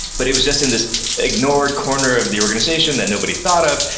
but it was just in this ignored corner of the organization that nobody thought of.